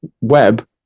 web